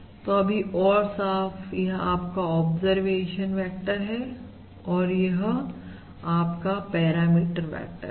तो अभी और साफ है यह आपका ऑब्जर्वेशन वेक्टर है और यह आपका पैरामीटर वेक्टर है